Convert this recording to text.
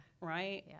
right